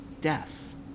death